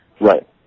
Right